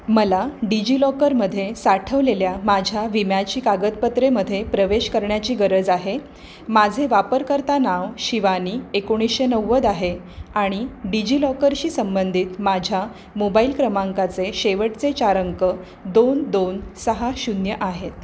मला डिजिलॉकरमध्ये साठवलेल्या माझ्या विम्याची कागदपत्रेमध्ये प्रवेश करण्याची गरज आहे माझे वापरकर्ता नाव शिवानी एकोणीशे नव्वद आहे आणि डिजिलॉकरशी संबंधित माझ्या मोबाईल क्रमांकाचे शेवटचे चार अंक दोन दोन सहा शून्य आहेत